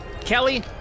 Kelly